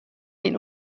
این